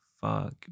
fuck